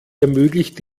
ermöglicht